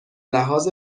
لحاظ